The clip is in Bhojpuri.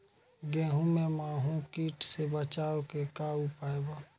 गेहूँ में माहुं किट से बचाव के का उपाय बा?